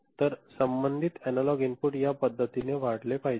तर संबंधित analogue input या पद्धतीने वाढले पाहिजे